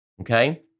okay